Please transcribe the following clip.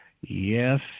Yes